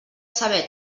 saber